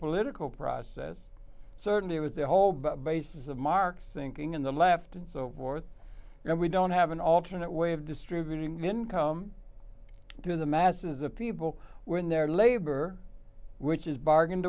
political process certainly was the whole basis of marx thinking in the left and so forth and we don't have an alternate way of distributing them income to the masses of people were in their labor which is bargained